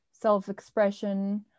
Self-expression